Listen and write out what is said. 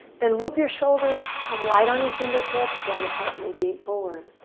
then loop your shoulders. come light on your fingertips. let your heart radiate forward.